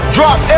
Drop